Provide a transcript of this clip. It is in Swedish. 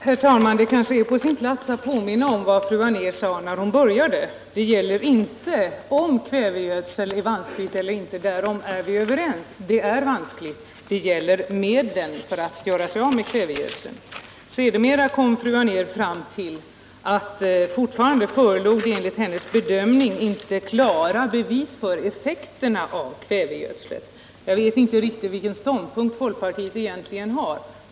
Herr talman! Det kanske är på sin plats att påminna om vad fru Anér sade när hon började tala här, nämligen att det inte gäller att avgöra om kvävegödslingen är vansklig eller inte — den är vansklig, sade hon, därom är vi överens — utan att vad frågan gäller är med vilka medel vi kan göra oss av med den. Sedermera kom fru Anér fram till att det enligt hennes bedömning inte föreligger klara bevis för effekterna av kvävegödsling. Jag vet inte riktigt vilken ståndpunkt folkpartiet egentligen har.